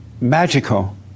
magical